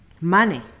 money